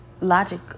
logic